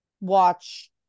watch